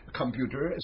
computer